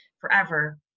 forever